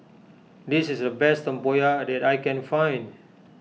this is the best Tempoyak that I can find